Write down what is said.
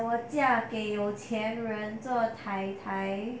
!hais! 我嫁给有钱人做 tai tai